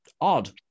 odd